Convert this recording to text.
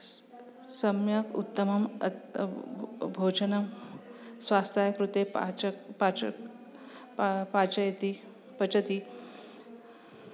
स् सम्यक् उत्तमम् भोजनं स्वास्थ्याय कृते पाचकः पाचकः पा पाचयति पचति